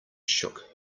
shook